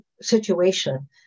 situation